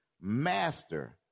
Master